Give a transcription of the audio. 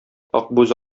акбүз